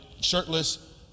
shirtless